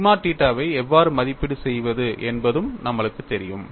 sigma தீட்டாவை எவ்வாறு மதிப்பீடு செய்வது என்பதும் நம்மளுக்குத் தெரியும்